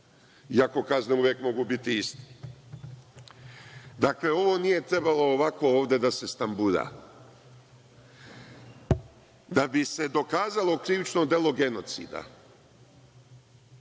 ako kazne uvek mogu biti iste. Dakle, ovo nije trebalo ovako ovde da se stambura. Da bi se dokazalo krivično delo genocida